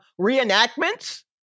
reenactments